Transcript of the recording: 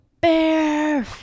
bear